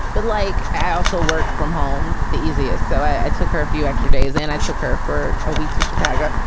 but like, i also work from home the easiest. so i took her a few extra days and i took her for a week to chicago.